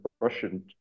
Russian